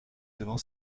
devant